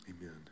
amen